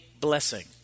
blessing